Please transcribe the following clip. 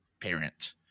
parent